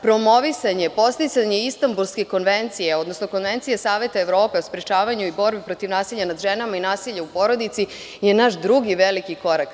Promovisanje, podsticanje Istambulske konvencije, odnosno Konvencije Saveta Evrope o sprečavanju i borbi protiv nasilja nad ženama i nasilja u porodici je naš drugi veliki korak.